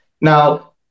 now